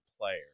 player